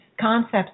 concepts